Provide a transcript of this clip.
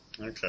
Okay